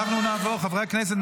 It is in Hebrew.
חברי הכנסת,